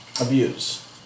Abuse